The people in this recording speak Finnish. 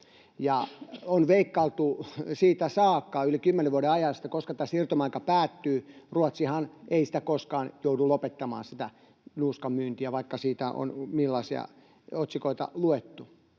On veikkailtu siitä saakka yli kymmenen vuoden ajan, koska tämä siirtymäaika päättyy, ja Ruotsihan ei koskaan joudu lopettamaan sitä nuuskan myyntiä, vaikka siitä on millaisia otsikoita luettu.